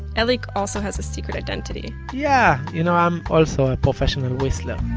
elik also has a secret identity yeah, you know i'm also a professional and whistler,